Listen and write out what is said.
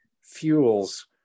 fuels